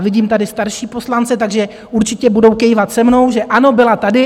Vidím tady starší poslance, takže určitě budou kývat se mnou, že ano, byla tady.